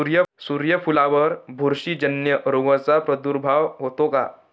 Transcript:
सूर्यफुलावर बुरशीजन्य रोगाचा प्रादुर्भाव होतो का?